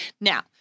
Now